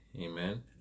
Amen